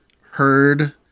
heard